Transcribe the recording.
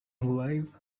alive